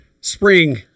spring